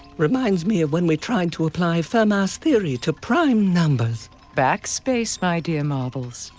reminds me of when we tried to apply fermat's theory to prime numbers. backspace, my dear marbles.